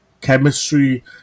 chemistry